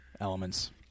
elements